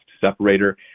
separator